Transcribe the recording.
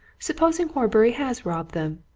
supposing horbury has robbed them,